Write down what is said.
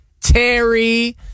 Terry